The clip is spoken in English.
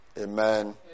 Amen